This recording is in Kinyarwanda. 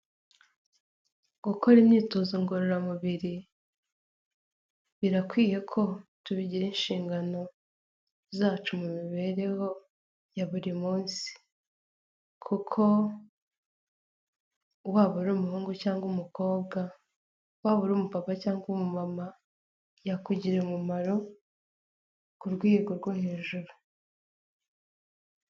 Gukora imyitozo ngororamubiri birakwiye ko tubigira inshingano zacu mu mibereho ya buri munsi kuko waba ari umuhungu cyangwa umukobwa waba uri umu papa cyangwa umu mama yakugirira umumaro ku rwego rwo hejuru.